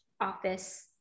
office